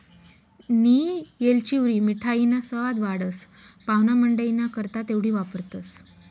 नियी येलचीवरी मिठाईना सवाद वाढस, पाव्हणामंडईना करता तेवढी वापरतंस